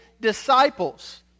disciples